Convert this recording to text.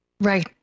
Right